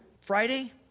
Friday